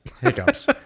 Hiccups